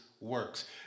works